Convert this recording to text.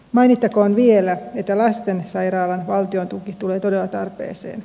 mainittakoon vielä että lastensairaalan valtiontuki tulee todella tarpeeseen